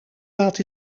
laat